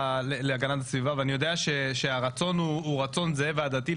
להגנת הסביבה ואני יודע שהרצון הוא רצון זהה והדדי,